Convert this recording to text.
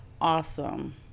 Awesome